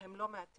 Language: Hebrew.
והם לא מעטים,